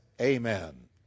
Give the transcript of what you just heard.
amen